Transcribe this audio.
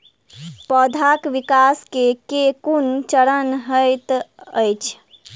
पौधाक विकास केँ केँ कुन चरण हएत अछि?